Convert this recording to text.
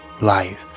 life